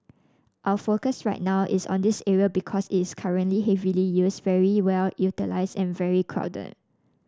our focus right now is on this area because it's currently heavily used very well utilised and very crowded